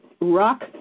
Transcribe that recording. rock